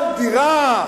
על דירה,